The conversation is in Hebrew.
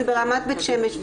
זה ברמת בית שמש.